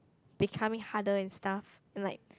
becoming harder and stuff and like